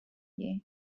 you